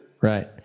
Right